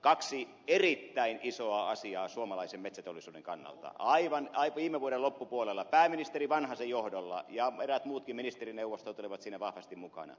kaksi erittäin isoa asiaa suomalaisen metsäteollisuuden kannalta aivan viime vuoden loppupuolella pääministeri vanhasen johdolla ja eräät muutkin ministerineuvostot olivat siinä vahvasti mukana